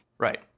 Right